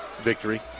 victory